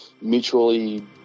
mutually